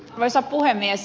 arvoisa puhemies